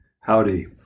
Howdy